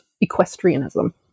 equestrianism